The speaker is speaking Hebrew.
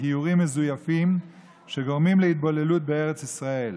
גיורים מזויפים שגורמים להתבוללות בארץ ישראל.